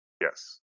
Yes